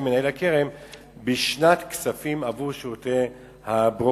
מנהל הקרן בשנת כספים עבור שירותי ברוקראז'.